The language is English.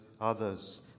others